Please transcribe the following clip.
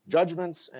judgments